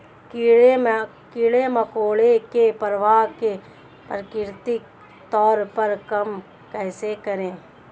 कीड़े मकोड़ों के प्रभाव को प्राकृतिक तौर पर कम कैसे करें?